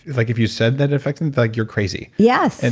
if like if you said that it affected, like, you're crazy yes. and